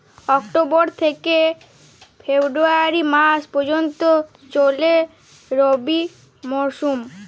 October থেকে February মাস পর্যন্ত চলে রবি মরসুম